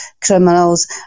criminals